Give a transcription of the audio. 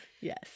yes